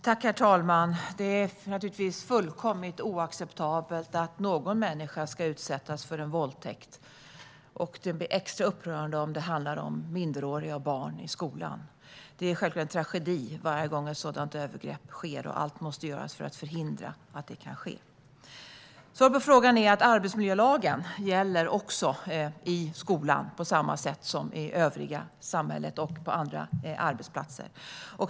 Herr talman! Det är naturligtvis fullkomligt oacceptabelt att någon människa ska utsättas för en våldtäkt. Det blir extra upprörande om det handlar om minderåriga barn i skolan. Det är självklart en tragedi varje gång ett sådant övergrepp sker, och allt måste göras för att förhindra att det kan ske. Svaret på frågan är att arbetsmiljölagen gäller även i skolan på samma sätt som på andra arbetsplatser och i samhället i övrigt.